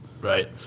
Right